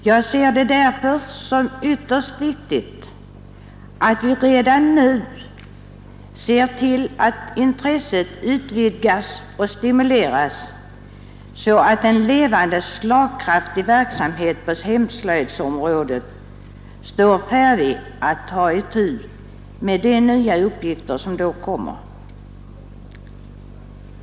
Jag betraktar det därför som ytterst viktigt att vi redan nu ser till att intresset utvidgas och stimuleras så att en levande, slagkraftig verksamhet på hemslöjdsområdet kan ta itu med de nya uppgifter som kommer.